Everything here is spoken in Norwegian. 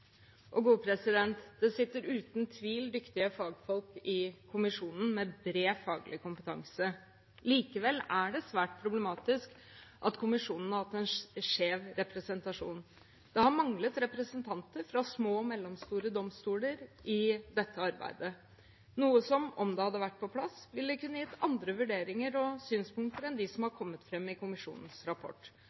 Det sitter uten tvil dyktige fagfolk i kommisjonen, med bred faglig kompetanse. Likevel er det svært problematisk at kommisjonen har hatt en skjev representasjon. Det har manglet representanter fra små og mellomstore domstoler i dette arbeidet. Om det hadde vært på plass, ville det kunne gitt andre vurderinger og synspunkter enn dem som har kommet fram i kommisjonens rapport,